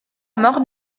mort